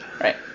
Right